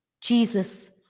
Jesus